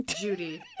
Judy